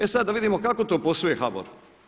E sad da vidimo kako to posluje HBOR?